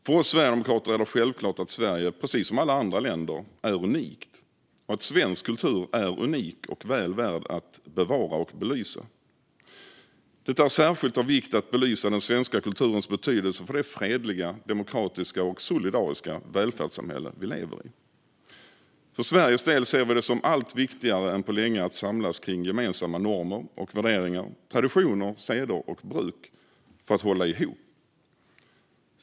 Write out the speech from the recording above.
För oss sverigedemokrater är det självklart att Sverige precis som alla andra länder är unikt och att svensk kultur är unik och väl värd att bevara och belysa. Det är särskilt av vikt att belysa den svenska kulturens betydelse för det fredliga, demokratiska och solidariska välfärdssamhälle vi lever i. För Sveriges del ser vi det som viktigare än på länge att samlas kring gemensamma normer och värderingar, traditioner, seder och bruk för att hålla ihop.